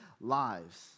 lives